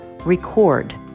Record